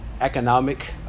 economic